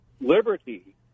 Liberty